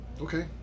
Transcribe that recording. Okay